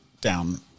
down